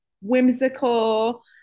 whimsical